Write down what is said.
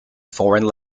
foreign